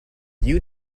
you